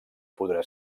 podrà